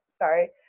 sorry